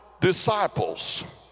disciples